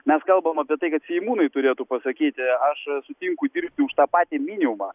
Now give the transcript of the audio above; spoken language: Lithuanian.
mes kalbam apie tai kad seimūnai turėtų pasakyti aš sutinku dirbti už tą patį minimumą